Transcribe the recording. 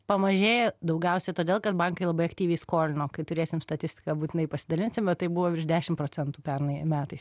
pamažėjo daugiausiai todėl kad bankai labai aktyviai skolino kai turėsim statistiką būtinai pasidalinsim bet tai buvo virš dešim procentų pernai metais